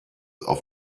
auf